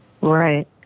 Right